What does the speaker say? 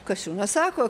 kasčiūnas sako